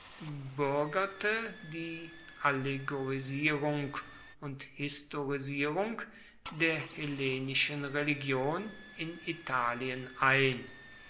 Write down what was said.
bürgerte die allegorisierung und historisierung der hellenischen religion in italien ein